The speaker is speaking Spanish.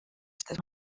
estas